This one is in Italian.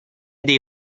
dei